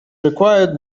required